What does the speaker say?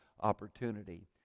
opportunity